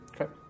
Okay